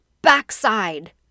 backside